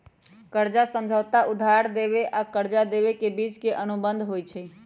कर्जा समझौता उधार लेबेय आऽ कर्जा देबे के बीच के अनुबंध होइ छइ